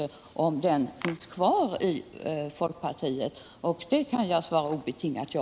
Och på frågan om den inställningen finns kvar inom folkpartiet kan jag svara ett obetingat ja.